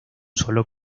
solo